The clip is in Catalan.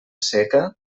seca